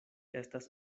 estas